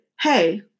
hey